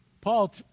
Paul